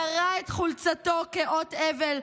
קרע את חולצתו כאות אבל,